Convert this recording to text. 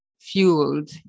fueled